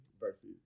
versus